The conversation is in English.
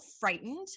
frightened